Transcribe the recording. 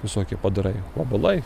visokie padarai vabalai